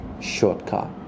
shortcut